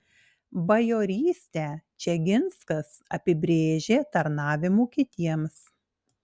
bajorystę čeginskas apibrėžė tarnavimu kitiems